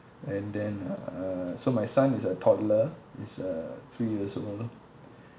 and then uh so my son is a toddler is uh three years old